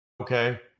Okay